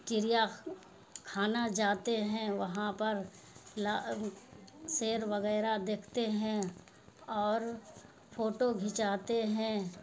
چڑیا خانہ جاتے ہیں وہاں پر شیر وغیرہ دیکھتے ہیں اور فوٹو کھنچاتے ہیں